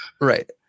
right